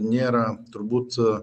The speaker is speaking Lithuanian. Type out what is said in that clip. nėra turbūt su